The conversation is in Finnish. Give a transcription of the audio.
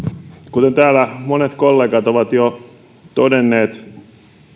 kuten täällä monet kollegat ovat jo todenneet